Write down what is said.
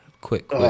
quick